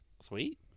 sweet